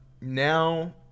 now